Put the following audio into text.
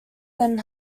than